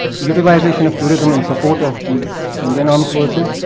utilization of tourism in support of the indian armed forces.